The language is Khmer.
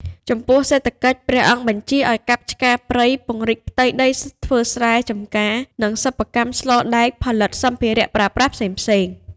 ចំពោះសេដ្ឋកិច្ច ព្រះអង្គបញ្ជាឱ្យកាប់ឆ្ការព្រៃ ពង្រីកផ្ទៃដីធ្វើស្រែ ចំការ និងសិប្បកម្មស្លដែកផលិតសម្ភារៈប្រើប្រាស់ផ្សេងៗ។